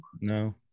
No